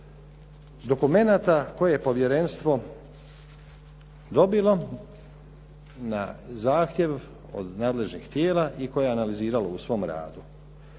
dokumenata koje je povjerenstvo dobilo na zahtjev od nadležnih tijela i koje je analiziralo u svom radu.